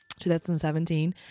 2017